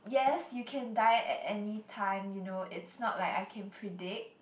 yes you can die at any time you know it's not like I can predict